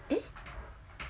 eh